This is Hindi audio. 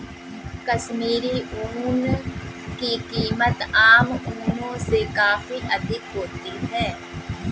कश्मीरी ऊन की कीमत आम ऊनों से काफी अधिक होती है